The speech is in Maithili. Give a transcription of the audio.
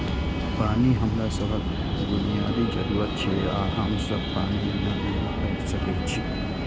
पानि हमरा सभक बुनियादी जरूरत छियै आ हम सब पानि बिना नहि रहि सकै छी